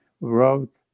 wrote